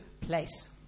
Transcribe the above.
place